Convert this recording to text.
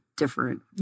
different